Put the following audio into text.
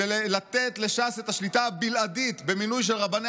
זה לתת לש"ס את השליטה הבלעדית במינוי של רבני